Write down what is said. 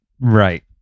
right